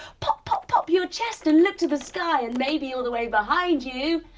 pop pop pop your chest and look to the sky and maybe all the way behind you,